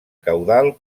caudal